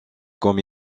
comme